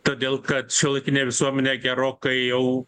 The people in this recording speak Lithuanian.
todėl kad šiuolaikinė visuomenė gerokai jau